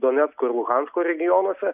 donecko ir luhansko regionuose